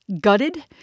gutted